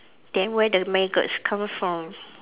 then where the maggots come from